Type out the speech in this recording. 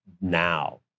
now